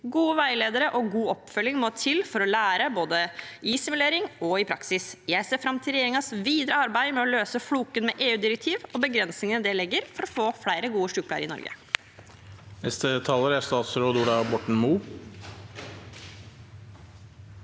Gode veiledere og god oppfølging må til for å lære, både i simulering og i praksis. Jeg ser fram til regjeringens videre arbeid med å løse floken med EUdirektiv og begrensningene det legger for å få flere gode sykepleiere i Norge.